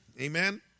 Amen